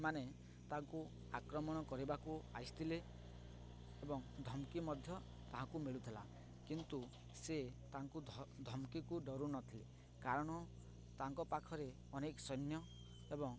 ମାନେ ତାଙ୍କୁ ଆକ୍ରମଣ କରିବାକୁ ଆସିଥିଲେ ଏବଂ ଧମ୍କି ମଧ୍ୟ ତାହାଙ୍କୁ ମିଳୁଥିଲା କିନ୍ତୁ ସେ ତାଙ୍କୁ ଧମ୍କିକୁ ଡରୁ ନଥିଲେ କାରଣ ତାଙ୍କ ପାଖରେ ଅନେକ ସୈନ୍ୟ ଏବଂ